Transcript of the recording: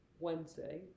wednesday